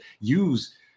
use